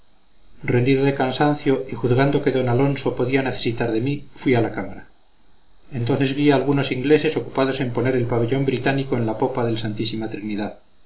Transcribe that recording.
rendido de cansancio y juzgando que don alonso podía necesitar de mí fui a la cámara entonces vi a algunos ingleses ocupados en poner el pabellón británico en la popa del santísima trinidad